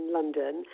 London